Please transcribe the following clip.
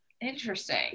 Interesting